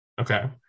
Okay